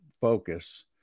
focus